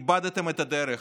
איבדתם את הדרך.